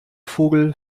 vogel